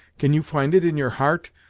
can you find it in your heart,